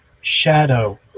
shadow